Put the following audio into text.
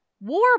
War